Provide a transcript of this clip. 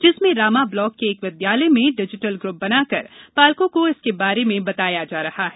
जिसमें रामा ब्लॉक के इस विद्यालय में डिजिटल ग्रुप बनाकर पालकों को इसके बारे में बताया जा रहा है